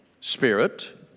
spirit